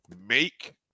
make